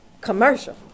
commercial